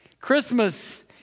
Christmas